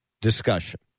Discussion